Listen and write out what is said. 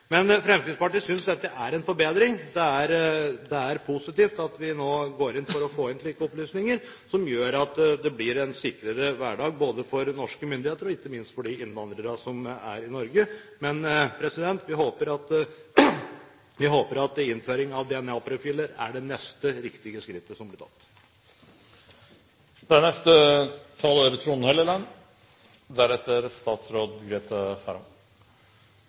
Men Fremskrittspartiet synes at dette er en forbedring. Det er positivt at vi nå går inn for å få slike opplysninger som gjør at det blir en sikrere hverdag, for norske myndigheter og ikke minst for de innvandrerne som er i Norge. Vi håper at innføring av DNA-profiler er det neste riktige skrittet som blir tatt. Det er